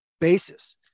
basis